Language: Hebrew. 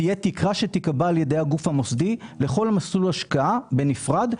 תהיה תקרה שתיקבע על ידי הגוף המוסדי לכל מסלול השקעה בנפרד,